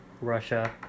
Russia